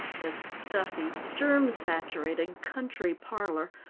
the stuffy, germ-saturated country parlor,